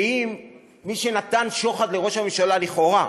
שמי שנתן שוחד לראש הממשלה, לכאורה,